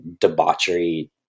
debauchery